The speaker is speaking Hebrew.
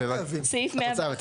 קצר.